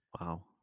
wow